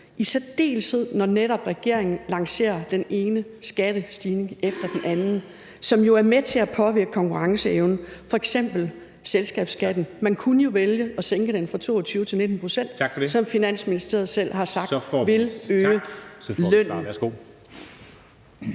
i særdeleshed når regeringen netop lancerer den ene skattestigning efter den anden, hvilket jo er med til at påvirke konkurrenceevnen. Det gælder f.eks. selskabsskatten; man kunne jo vælge at sænke den fra 22 til 19 pct., som Finansministeriet selv har sagt vil øge lønnen.